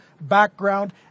background